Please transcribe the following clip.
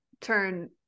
turn